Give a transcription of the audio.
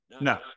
No